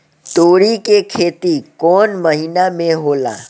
तोड़ी के खेती कउन महीना में होला?